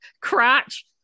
crotch